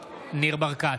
ברקת,